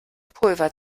pulver